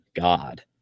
God